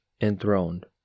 enthroned